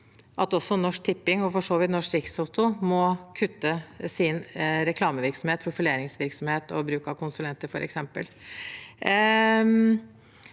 for så vidt Norsk Rikstoto – må kutte sin reklamevirksomhet, profileringsvirksomhet og bruk av konsulenter,